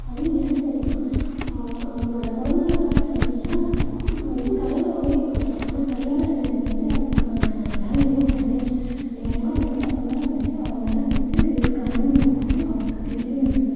அதுவும் ஏன் செஞ்சேனா அவனோடய பிறந்த நாளுக்காக செஞ்சேன் நம்ம வந்துட்டு கடையில் வாங்கி கொடுத்தர்லாம் ஆனால் கையால் செய்கிறது வந்துட்டு அதுக்கான வேல்யூவ தனி ஏன்னா வந்துட்டு அப்போ தான் வந்துட்டு அவன் மேல் வந்துட்டு இருக்கற அன்பு வந்துட்டு அவனுக்கு தெரியும்னு நான் நம்புறேன்